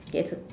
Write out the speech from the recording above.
okay